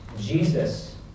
Jesus